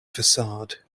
facade